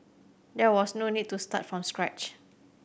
there was no need to start from scratch